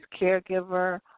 caregiver